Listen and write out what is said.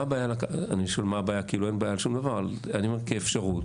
מה הבעיה כאפשרות